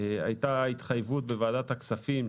הייתה התחייבות של משרד האוצר בוועדת הכספים,